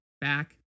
back